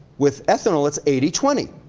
with ethanol, it's eighty twenty.